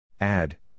Add